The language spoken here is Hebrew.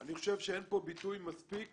אני חושב שאין פה ביטוי מספיק